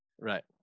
Right